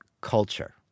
culture